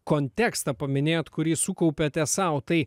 kontekstą paminėjot kurį sukaupėte sau tai